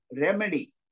remedy